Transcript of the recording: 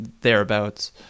thereabouts